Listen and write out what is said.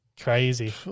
crazy